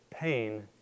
pain